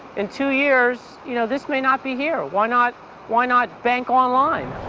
in two years you know this may not be here, why not why not bank online?